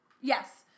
Yes